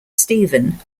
stephen